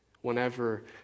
whenever